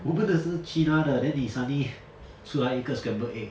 我们的是 china 的 then 你 suddenly 出来一个 scrambled egg